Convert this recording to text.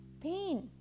pain